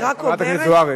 חברת הכנסת זוארץ,